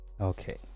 okay